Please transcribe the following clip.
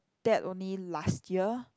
that only last year